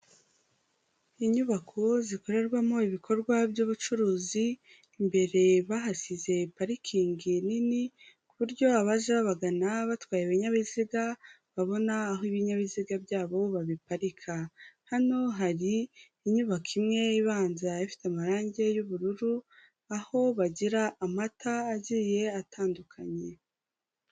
Inyubako zikorerwamo ibikorwa by'ubucuruzi imbere bahasize parikingi nini ku buryo abaza babagana batwaye ibinyabiziga babona aho ibinyabiziga byabo babiparika. Hano hari inyubako imwe ibanza ifite amarangi y'ubururu aho bagira amata agiye atandukanye.